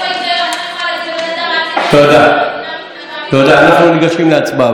אחת מן הזרועות המפוארות של התנועה הציונית,